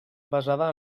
basada